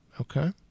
Okay